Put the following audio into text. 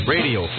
Radio